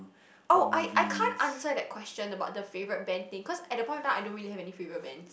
oh I I can't answer that question about the favourite band thing cause at that point of time I don't really have any favourite bands